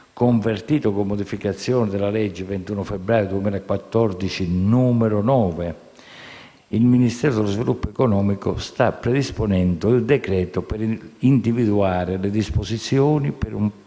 convertito con modificazioni dalla legge 21 febbraio 2014, n. 9, il Ministero dello sviluppo economico sta predisponendo il decreto per individuare le disposizioni per un processo